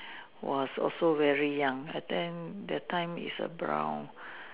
was also very young I think that time is about